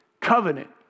covenant